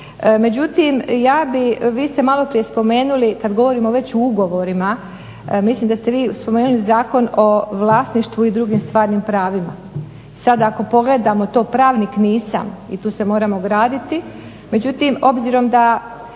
Međutim, ja bi, vi ste malo prije spomenuli, kad govorimo već o ugovorima mislim da ste vi spomenuli Zakon o vlasništvu i drugim stvarnim pravima. Sad ako pogledamo to pravnik nisam i tu se moramo graditi, međutim obzirom da